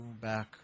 back